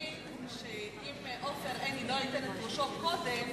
פוחדים שאם עופר עיני לא ייתן את ראשו קודם,